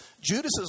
Judas